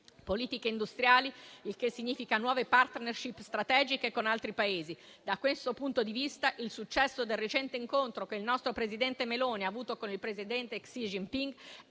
Politiche industriali, quindi, il che significa nuove *partnership* strategiche con altri Paesi. Da questo punto di vista, il successo del recente incontro del presidente Meloni con il presidente Xi Jinping è